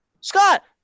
Scott